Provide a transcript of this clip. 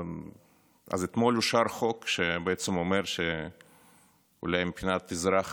אז אתמול אושר חוק שבעצם אומר שאולי מבחינת אזרח